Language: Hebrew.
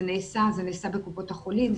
זה נעשה בקופות החולים,